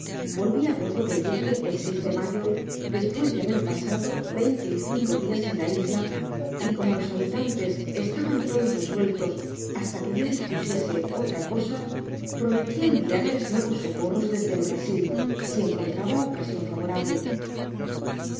volvi á bordo del buque el de mayo despues de haber pasado veinte y cinco dias en la is'a y como los habitantes estaban todos resueltos hasta que yo dispusiese otra cosa prometi enviarles nuevos socorros desde el brasil si encontraba ocasion favorable